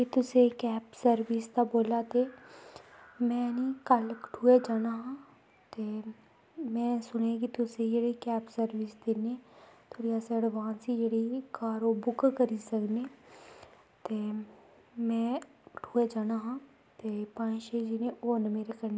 के तुस cab service दा बोल्ला दे में कल कठुए जाना हा ते में सुनेंआं कि तुस कैब सर्विस दिन्नें भिरी असैं अडवांस ई जेह्ड़ी कार ओह् बुक्क करी सकने ते में कठुऐ जाना हा ते पंज छे जने होर न मेरै कन्नै